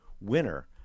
winner